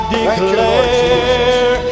declare